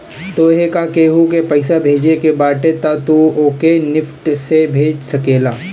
तोहके केहू के पईसा भेजे के बाटे तअ तू ओके निफ्ट से भेज सकेला